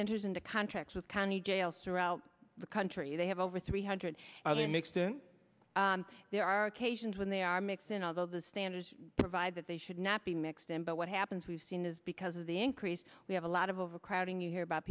enters into contracts with county jail surround the country they have over three hundred other mixed in there are occasions when they are mixed in although the standards provide that they should not be mixed in but what happens we've seen is because of the increase we have a lot of overcrowding you hear about